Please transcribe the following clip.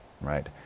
Right